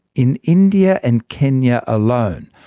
in india and kenya alone,